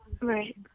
Right